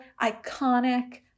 iconic